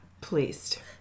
pleased